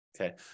Okay